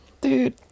Dude